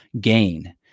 gain